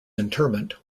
interment